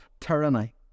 tyranny